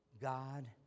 God